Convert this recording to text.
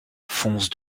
fonce